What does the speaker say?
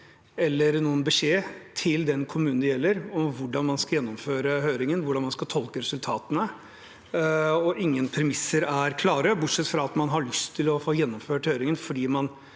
eller noen beskjed til den kommunen det gjelder, om hvordan man skal gjennomføre høringen, og hvordan man skal tolke resultatene. Ingen premisser er klare, bortsett fra at man har lyst til å få gjennomført høringen fordi man